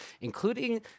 including